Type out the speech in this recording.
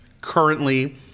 currently